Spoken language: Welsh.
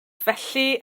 felly